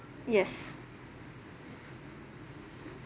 yes